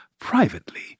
privately